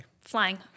Flying